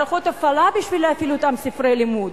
מערכות הפעלה בשביל להפעיל את אותם ספרי לימוד.